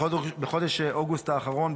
בחודש אוגוסט האחרון,